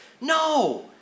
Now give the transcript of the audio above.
No